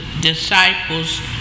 disciples